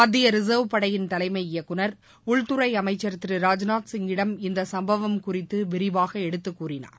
மத்திய ரிசர்வ் படையின் தலைமை இயக்குனர் உள்துறை அமைச்சர் திரு ராஜ்நாத் சிங்கிடம் இந்த சம்பவம் குறித்து விரிவாக எடுத்துக்கூறினார்